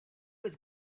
was